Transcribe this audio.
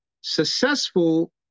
Successful